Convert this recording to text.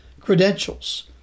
credentials